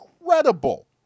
incredible